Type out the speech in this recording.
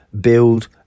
build